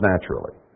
naturally